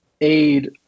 aid